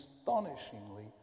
astonishingly